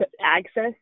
access